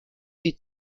die